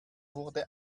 wurde